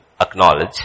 acknowledge